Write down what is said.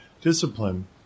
discipline